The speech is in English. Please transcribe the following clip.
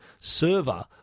server